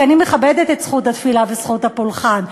כי אני מכבדת את זכות התפילה וזכות הפולחן.